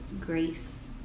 Grace